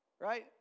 Right